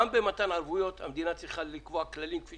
גם במתן ערבויות המדינה צריכה לקבוע כללים, כפי